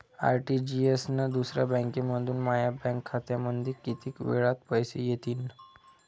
RTGS न दुसऱ्या बँकेमंधून माया बँक खात्यामंधी कितीक वेळातं पैसे येतीनं?